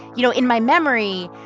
you know, in my memory,